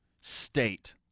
State